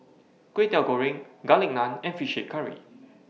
Kway Teow Goreng Garlic Naan and Fish Head Curry